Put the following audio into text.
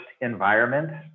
environment